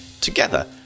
together